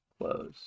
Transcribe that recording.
close